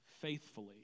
faithfully